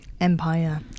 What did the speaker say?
Empire